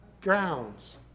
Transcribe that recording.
grounds